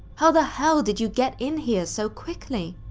how the hell did you get in here so quickly?